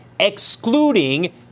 excluding